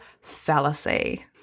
fallacy